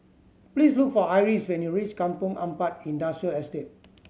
please look for Iris when you reach Kampong Ampat Industrial Estate